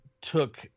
took